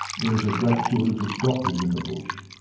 there is a great shortage of doctors in the bush.